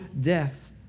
death